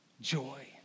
joy